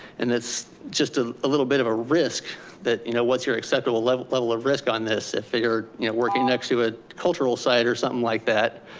and it's just ah a little bit of a risk that, you know, what's your acceptable level level of risk on this. if you're working next to a cultural site or something like that,